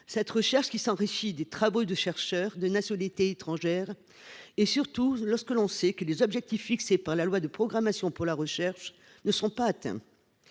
recherche française, qui s’enrichit des travaux des chercheurs de nationalité étrangère, surtout quand on sait que les objectifs fixés par la loi de programmation de la recherche ne sont pas atteints.